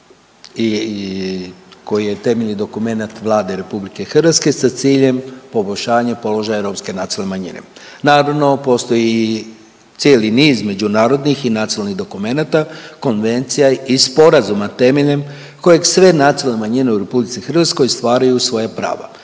koji je temeljni dokumenat Vlade Republike Hrvatske sa ciljem poboljšanja položaja romske nacionalne manjine. Naravno postoji i cijeli niz međunarodnih i nacionalnih dokumenata, konvencija i sporazuma temeljem kojeg sve nacionalne manjine u Republici Hrvatskoj ostvaruju svoja prava.